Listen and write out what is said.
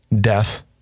death